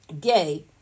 gay